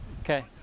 Okay